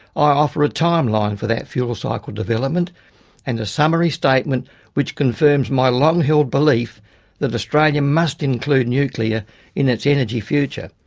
i offer a timeline for that fuel cycle development and a summary statement which confirms my long held belief that australia must include nuclear in its energy future.